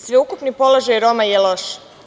Sveukupni položaj Roma je loš.